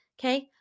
okay